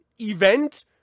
event